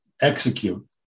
execute